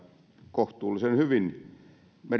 kohtuullisen hyvin